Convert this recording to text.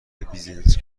بیزینس